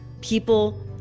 People